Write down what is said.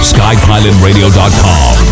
SkyPilotRadio.com